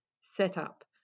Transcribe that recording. setup